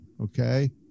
okay